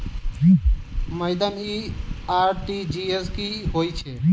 Madam इ RTGS की होइ छैय?